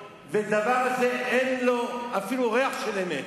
והדבר הזה אין בו אפילו ריח של אמת,